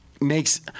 makes